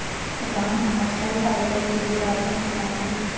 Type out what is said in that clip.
राम आज फल फाइबर के बारे में बताएँगे